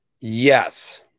Yes